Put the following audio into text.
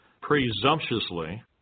presumptuously